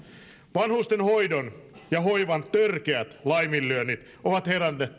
vanhustenhoidon ja hoivan törkeät laiminlyönnit ovat